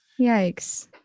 Yikes